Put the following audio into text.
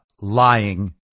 lying